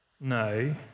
No